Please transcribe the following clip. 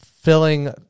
filling